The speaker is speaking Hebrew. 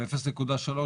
0.3,